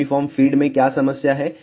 uniform feed में क्या समस्या है